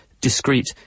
discrete